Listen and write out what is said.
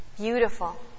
Beautiful